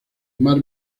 mar